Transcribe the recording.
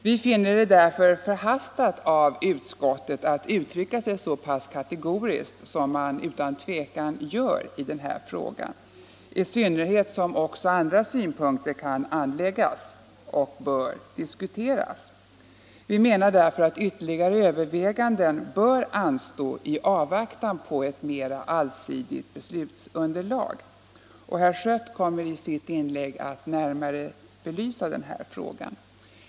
Vi finner det därför förhastat av utskottet att uttrycka sig så pass kategoriskt som man gör i denna fråga, i synnerhet som också andra synpunkter kan anläggas och bör diskuteras. Vi menar att ytterligare överväganden bör anstå i avvaktan på ett allsidigt beslutsunderlag. Herr Schött kommer att i sitt inlägg närmare belysa denna fråga.